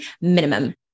minimum